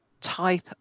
type